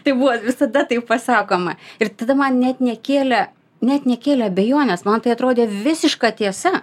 tai buvo visada taip pasakoma ir tada man net nekėlė net nekėlė abejonės man tai atrodė visiška tiesa